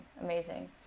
amazing